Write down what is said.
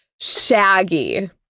Shaggy